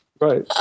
Right